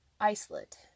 isolate